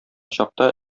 чакта